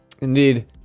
indeed